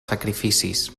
sacrificis